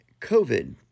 COVID